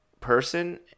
person